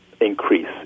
increase